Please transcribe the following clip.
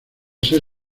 ser